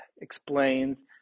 explains